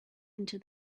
into